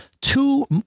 two